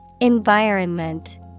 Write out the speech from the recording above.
Environment